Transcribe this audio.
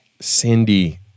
Cindy